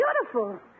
beautiful